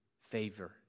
favor